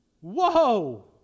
Whoa